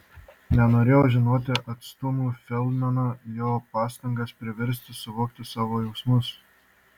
nenorėjau žinoti atstūmiau feldmaną jo pastangas priversti suvokti savo jausmus